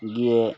গিয়ে